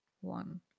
one